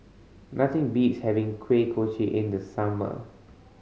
nothing beats having Kuih Kochi in the summer